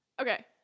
Okay